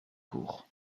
court